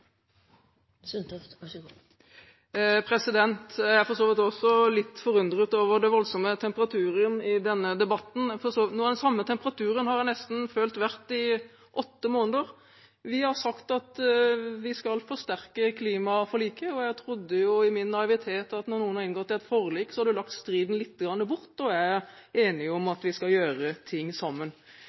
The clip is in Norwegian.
er for så vidt også litt forundret over den voldsomme temperaturen i denne debatten – noe av den samme temperaturen jeg har følt nesten i åtte måneder. Vi har sagt at vi skal forsterke klimaforliket, og jeg trodde i min naivitet at når noen har inngått et forlik, har man lagt striden litt bort og er enig om at man skal gjøre ting sammen. Jeg tror det er viktig at vi